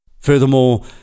Furthermore